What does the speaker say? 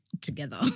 together